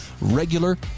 regular